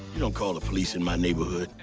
you don't call the police in my neighborhood.